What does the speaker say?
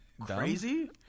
crazy